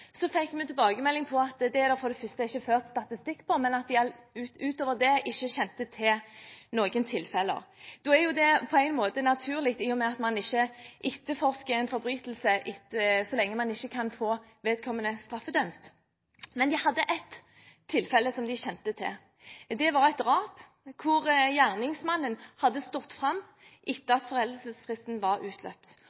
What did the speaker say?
så lenge man ikke kan få noen straffedømt. Men de hadde ett tilfelle som de kjente til. Det var et drap hvor gjerningsmannen hadde stått fram etter